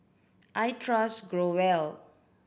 I trust Growell